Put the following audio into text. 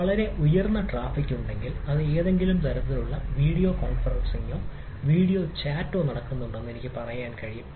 വളരെ ഉയർന്ന ട്രാഫിക് ഉണ്ടെങ്കിൽ അത് ഏതെങ്കിലും തരത്തിലുള്ള വീഡിയോ കോൺഫറൻസിംഗോ നടക്കുന്നുണ്ടെന്ന് എനിക്ക് പറയാൻ കഴിയും